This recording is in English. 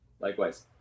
Likewise